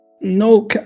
No